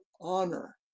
Honor